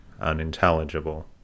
unintelligible